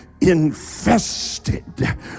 infested